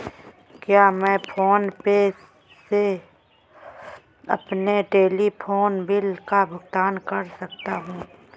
क्या मैं PhonePe से अपने टेलीफोन बिल का भुगतान कर सकता हूँ?